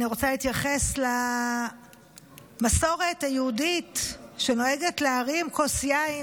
אני רוצה להתייחס למסורת היהודית שנוהגת להרים כוס יין,